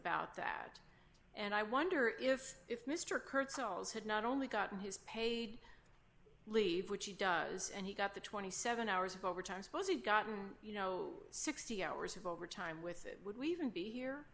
about that and i wonder if if mr kurtz had not only gotten his paid leave which he does and he got the twenty seven hours of overtime was he gotten you know sixty hours of overtime with it would we even be here